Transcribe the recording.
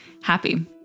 happy